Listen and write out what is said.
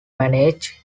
managed